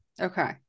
Okay